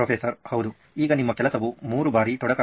professor ಹೌದು ಈಗ ನಿಮ್ಮ ಕೆಲಸವು ಮೂರು ಬಾರಿ ತೊಡಕಾಗಿದೆ